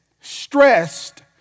stressed